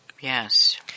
Yes